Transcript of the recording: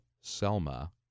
Selma